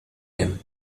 him